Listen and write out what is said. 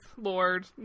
Lord